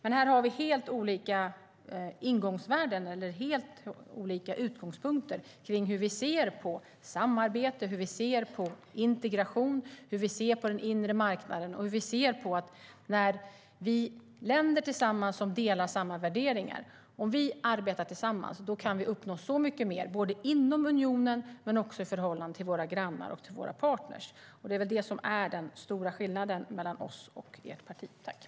Vi har helt olika ingångsvärden eller utgångspunkter för hur vi ser på samarbete, integration och den inre marknaden. När länder som delar samma värderingar arbetar tillsammans kan vi uppnå mycket mer, både inom unionen och i förhållande till våra grannar och partner. Detta är den stora skillnaden mellan vårt parti och ert, Pavel Gamov.